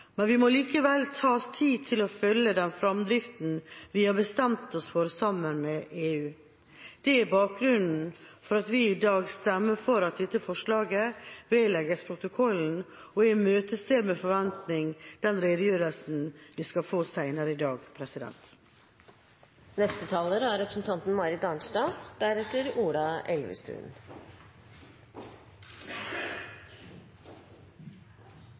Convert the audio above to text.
men vi må likevel ta oss tid til å følge den framdriften vi har bestemt oss for sammen med EU. Det er bakgrunnen for at vi i dag stemmer for at dette forslaget vedlegges protokollen, og jeg imøteser med forventning den redegjørelsen vi skal få senere i dag. Dagens innstilling er